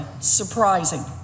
surprising